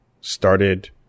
started